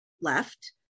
left